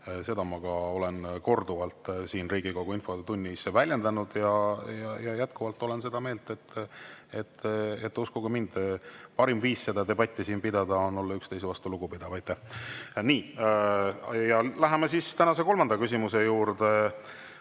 seda ma olen ka korduvalt siin Riigikogu infotunnis väljendanud. Ja jätkuvalt olen seda meelt, uskuge mind, et parim viis meil siin debati pidamiseks on olla üksteise vastu lugupidavad. Nii, läheme siis tänase kolmanda küsimuse juurde,